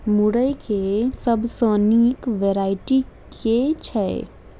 मुरई केँ सबसँ निक वैरायटी केँ छै?